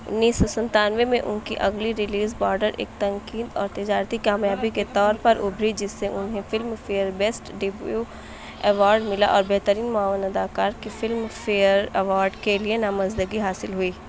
انیس سو سنتانوے میں ان کی اگلی ریلیز بارڈر ایک تنقید اور تجارتی کامیابی کے طور پر ابھری جس سے انہیں Filmfare best debut award ملا اور بہترین معاون اداکار کی فلم فیئر ایوارڈ کے لیے نامزدگی حاصل ہوئی